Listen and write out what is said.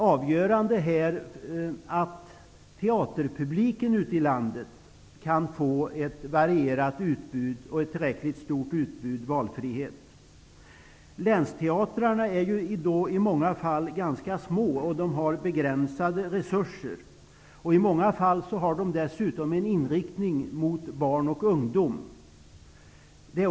Avgörande är att teaterpubliken ute i landet får ett varierat utbud och tillräcklig valfrihet. Länsteatrarna är i många fall ganska små och de har begränsade resurser. I många fall har de dessutom en inriktning mot barn och ungdom.